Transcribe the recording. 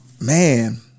man